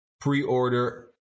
Pre-order